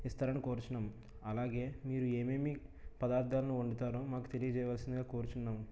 ఇస్తారని కోరుచున్నాం అలాగే మీరు ఏమేమి పదార్థాలను వండుతారో మాకు తెలియజేయవలసిందిగా కోరుచున్నాము